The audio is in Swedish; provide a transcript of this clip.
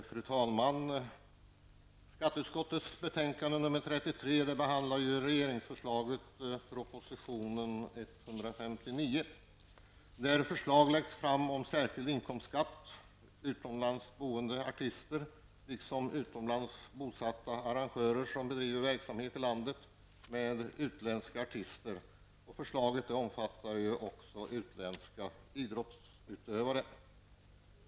Fru talman! I skatteutskottets betänkande nr 33 behandlas regeringsförslaget i proposition 159, där förslag läggs fram om särskild inkomstskatt för utomlands bosatta artister liksom utomlands bosatta arrangörer som bedriver verksamhet här i landet med utländska artister. Förslaget omfattar också utländska idrottsutövare.